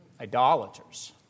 Idolaters